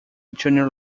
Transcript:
junior